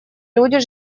люди